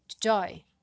joy